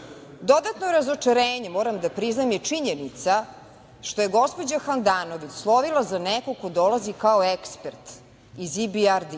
nije. Dodatno razočarenje, moram da priznam, je činjenica što je gospođa Handanović slovila za nekog ko dolazi kao ekspert iz IBRD